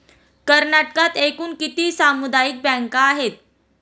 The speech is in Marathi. कर्नाटकात एकूण किती सामुदायिक बँका आहेत?